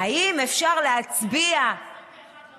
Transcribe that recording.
האם אפשר להצביע ------ רק ב-2021 לא ציינו.